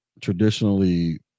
traditionally